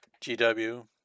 GW